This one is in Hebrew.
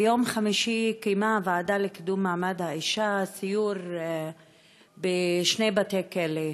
ביום חמישי קיימה הוועדה לקידום מעמד האישה סיור בשני בתי-כלא,